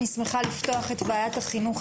אני שמחה לפתוח את ועדת החינוך,